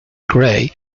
gray